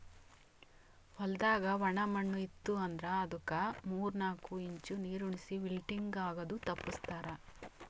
ಹೊಲ್ದಾಗ ಒಣ ಮಣ್ಣ ಇತ್ತು ಅಂದ್ರ ಅದುಕ್ ಮೂರ್ ನಾಕು ಇಂಚ್ ನೀರುಣಿಸಿ ವಿಲ್ಟಿಂಗ್ ಆಗದು ತಪ್ಪಸ್ತಾರ್